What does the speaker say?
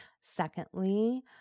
Secondly